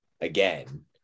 again